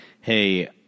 hey